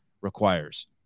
requires